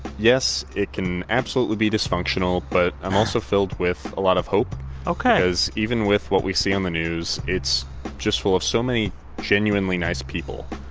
yes, it can absolutely be dysfunctional, but i'm also filled with a lot of hope ok. because even with what we see on the news, it's just full of so many genuinely nice people,